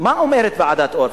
מה אומרת ועדת-אור?